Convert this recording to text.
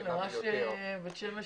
והייתי גם ממלא מקום יושב-ראש המרכז לשלטון